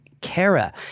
Kara